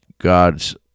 God's